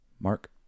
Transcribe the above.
Mark